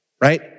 right